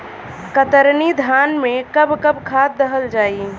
कतरनी धान में कब कब खाद दहल जाई?